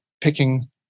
picking